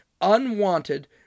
unwanted